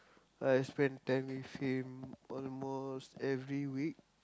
I spend time with him almost every week